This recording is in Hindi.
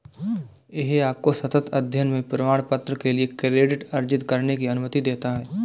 यह आपको सतत अध्ययन में प्रमाणपत्र के लिए क्रेडिट अर्जित करने की अनुमति देता है